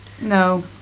No